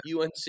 UNC